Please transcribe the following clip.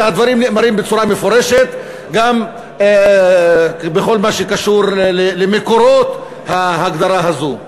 והדברים נאמרים בצורה מפורשת גם בכל מה שקשור למקורות ההגדרה הזאת.